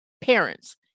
Parents